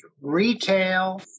retail